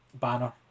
banner